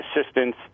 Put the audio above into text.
assistance